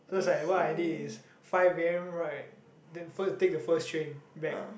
first like what I did is five a_m right then first take the first train back